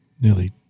Nearly